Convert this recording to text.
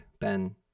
Ben